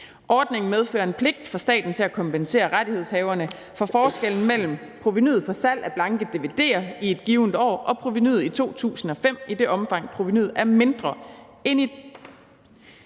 Ordningen medfører en pligt for staten til at kompensere rettighedshaverne for forskellen mellem provenuet for salget af blanke dvd'er i et givent år og provenuet i 2005, i det omfang provenuet er mindre end i